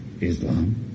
Islam